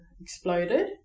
exploded